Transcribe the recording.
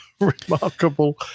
remarkable